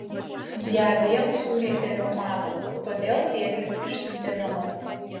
ją vėl surietė reumatas todėl tėtis išsiuntė namo